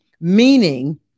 meaning